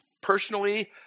personally